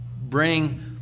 bring